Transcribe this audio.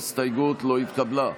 ההסתייגות לא התקבלה.